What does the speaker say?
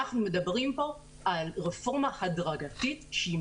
אנחנו מדברים פה על רפורמה הדרגתית שהיא